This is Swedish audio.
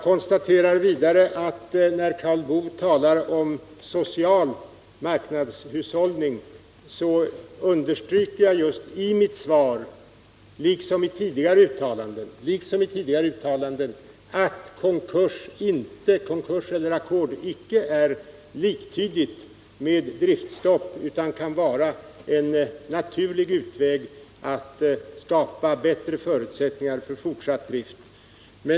Beträffande Karl Boos tal om social marknadshushållning vill jag säga att jag i mitt svar just understryker — och det har jag gjort i tidigare uttalanden — att konkurs och ackord inte är liktydiga med driftstopp, utan att de kan vara en naturlig utväg för att skapa bättre förutsättningar för en fortsatt drift.